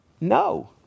No